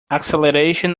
acceleration